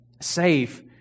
safe